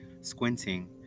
Squinting